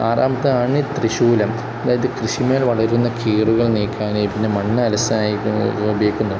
ആറാമതാണ് തൃശ്ശൂലം അതായത് കൃഷിമേൽ വളരുന്ന കീറുകൾ നീക്കാന് പിന്നെ മണ്ണ് അലസാൻ ഉപയോഗിക്കുന്നു